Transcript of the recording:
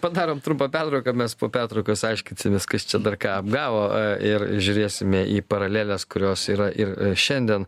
padarom trumpą pertrauką mes po pertraukos aiškinsimės kas čia dar ką apgavo ir žiūrėsime į paraleles kurios yra ir šiandien